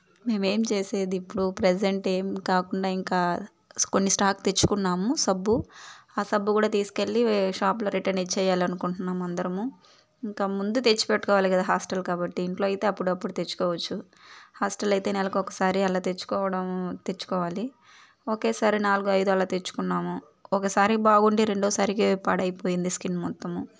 మేము ఏం చేసేది ఇప్పుడు ప్రెసెంట్ ఏం కాకుండా ఇంకా కొన్ని స్టాక్ తెచ్చుకున్నాము సబ్బు ఆ సబ్బు కూడా తీసుకెళ్ళి షాప్లో రిటర్న్ ఇచ్చేయాలని అనుకుంటున్నాము అందరము ఇంకా ముందు తెచ్చి పెట్టుకోవాలి కదా హాస్టల్ కాబట్టి ఇంట్లో అయితే అప్పుడప్పుడు తెచ్చుకోవచ్చు హాస్టల్ అయితే నెలకొకసారి అలా తెచ్చుకోవడం తెచ్చుకోవాలి ఒకేసారి నాలుగు అయిదు అలా తెచ్చుకున్నాము ఒకసారి బాగుండి రెండోసారి పాడైపోయింది స్కిన్ మొత్తము